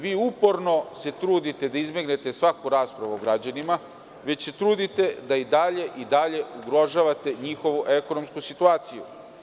Vi uporno se trudite da izbegnete svaku raspravu o građanima, već se trudite da i dalje i dalje ugrožavate njihovu ekonomsku situaciju.